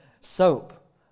Soap